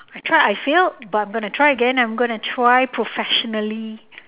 I tried I failed but I'm gonna try again then I'm going to try professionally